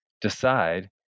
decide